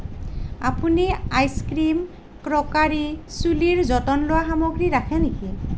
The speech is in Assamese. আপুনি আইচ ক্ৰীম ক্ৰকাৰী চুলিৰ যতন লোৱা সামগ্ৰী ৰাখে নেকি